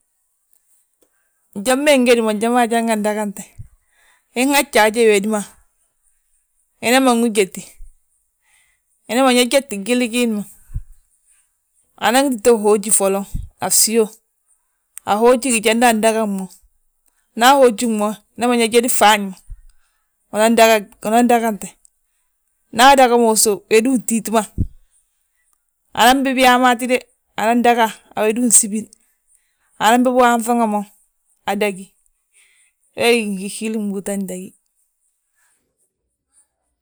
Njali ma ingé ma njali ma ajanga dagante. Inhaji haje wédi ma, imanwi jéti, imanan yaa jéti gwili giindi ma. Anan wi títa wooji foloŋ, a fsíyo, ahooji gi jandi andaga mo. Nda ahoojig mo imanan yaa jédi fŧafñe, unan daga, unan dagante, nda adaga mo usów, wédi untíiti ma. Anan bibi yaa mo hatíde, anan daga a wédi unsubili, anan bibi ŋaaŧuŋa mo, adagi, wee gí ginhiihili mbúuta gdagí.